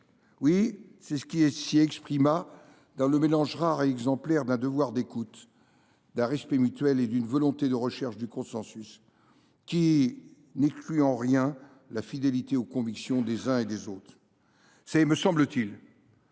plus sûr, qui s’y exprima dans le mélange rare et exemplaire d’un devoir d’écoute, d’un respect mutuel et d’une volonté de recherche du consensus qui n’excluait en rien la fidélité aux convictions des uns et des autres. C’est, me semble t il,